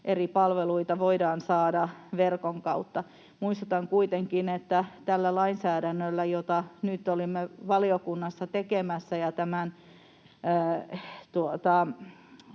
eri palveluita voidaan saada verkon kautta. Muistutan kuitenkin, että tällä lainsäädännöllä, jota nyt olimme valiokunnassa tekemässä ja tämän